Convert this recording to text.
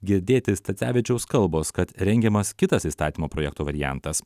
girdėti stacevičiaus kalbos kad rengiamas kitas įstatymo projekto variantas